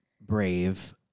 brave